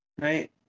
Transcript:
Right